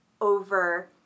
over